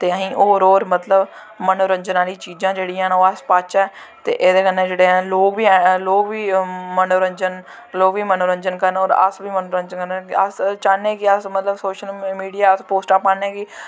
ते असें होर होर मतलव मनोंरंजन आह्लियां चीजां जेह्ड़ियां न अस ओह् पाच्चै ते एह्दे कन्नै जेह्ड़ै हैन लोग बी लोग बी मनोंरंजन करन और अस बी मनोंरंजन करने होने अस चाह्न्ने कि अस मतलव सौशल मीडिया पोस्टां पान्ने कि